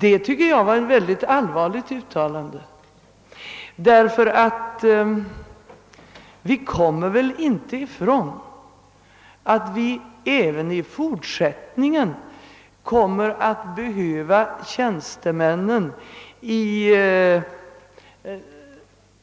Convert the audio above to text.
Det tycker jag är ett mycket allvarligt uttalande; vi kommer väl inte ifrån att vi även i fortsättningen kommer att behöva tjänstemännen i